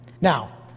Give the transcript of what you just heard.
Now